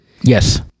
Yes